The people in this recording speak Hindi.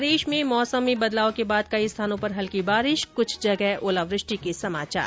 प्रदेश में मौसम में बदलाव के बाद कई स्थानों पर हल्की बारिश कुछ जगह ओलावृष्टि के समाचार